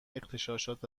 اغتشاشات